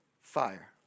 fire